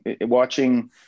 watching